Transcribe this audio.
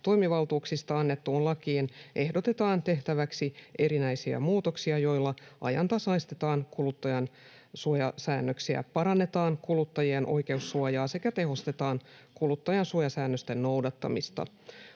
toimivaltuuksista annettuun lakiin ehdotetaan tehtäväksi erinäisiä muutoksia, joilla ajantasaistetaan kuluttajansuojasäännöksiä, parannetaan kuluttajien oikeussuojaa sekä tehostetaan kuluttajansuojasäännösten noudattamista.